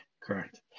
Correct